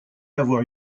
avoir